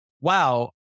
wow